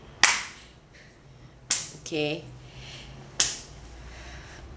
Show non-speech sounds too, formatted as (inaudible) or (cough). okay (breath)